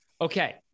Okay